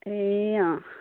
ए अँ